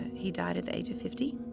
he died at the age of fifty.